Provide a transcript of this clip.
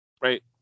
Right